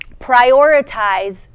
Prioritize